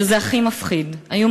שזה הכי מפחיד." היו,